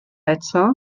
eto